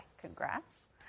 Congrats